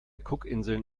cookinseln